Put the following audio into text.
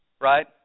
right